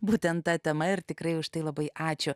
būtent ta tema ir tikrai už tai labai ačiū